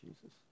Jesus